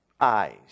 eyes